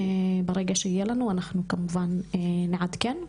ברגע שנקבל אותם אנחנו כמובן נעדכן.